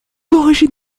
origines